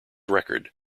record